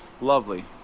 lovely